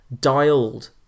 dialed